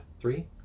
three